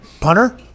Punter